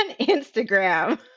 Instagram